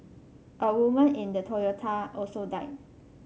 a woman in the Toyota also died